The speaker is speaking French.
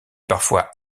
parfois